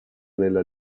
nella